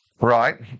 right